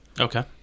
Okay